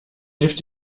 hilft